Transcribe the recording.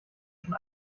schon